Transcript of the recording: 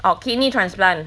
oh kidney transplant